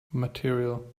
material